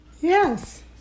Yes